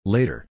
Later